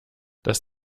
dass